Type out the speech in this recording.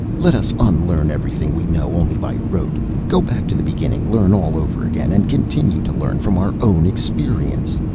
let us unlearn everything we know only by rote, go back to the beginning, learn all over again, and continue to learn, from our own experience.